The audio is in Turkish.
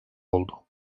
oldu